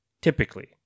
typically